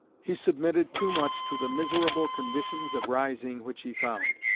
he submitted too much to the miserable conditions of rising which he found.